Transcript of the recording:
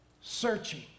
searching